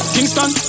Kingston